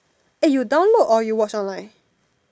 eh you download or you watch online